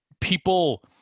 people